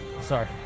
Sorry